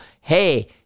Hey